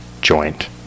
Joint